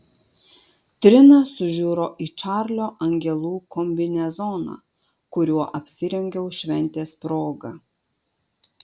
trina sužiuro į čarlio angelų kombinezoną kuriuo apsirengiau šventės proga